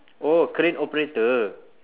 oh crane operator